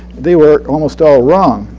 they were almost all wrong.